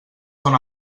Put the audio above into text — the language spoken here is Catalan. són